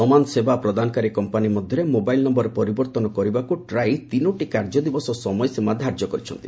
ସମାନ ସେବା ପ୍ରଦାନକାରୀ କମ୍ପାନି ମଧ୍ୟରେ ମୋବାଇଲ୍ ନମ୍ଘର ପରିବର୍ତ୍ତନ କରିବାକୁ ଟ୍ରାଇ ତିନିଟି କାର୍ଯ୍ୟଦିବସ ସମୟସୀମା ଧାର୍ଯ୍ୟ କରିଛି